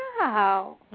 wow